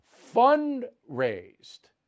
fund-raised